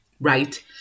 right